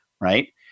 Right